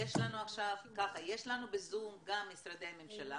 יש לנו בזום גם משרדי ממשלה